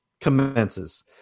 commences